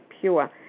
pure